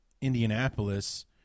Indianapolis –